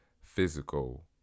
physical